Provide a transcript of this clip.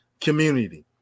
community